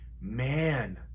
man